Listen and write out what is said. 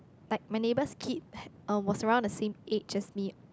like my neighbours kid uh was around the same age as me